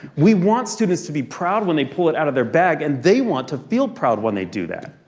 we want students to be proud when they pull it out of their bag, and they want to feel proud when they do that.